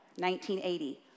1980